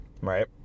right